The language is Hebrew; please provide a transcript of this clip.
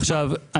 עכשיו,